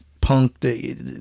punk